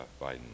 Biden